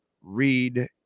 read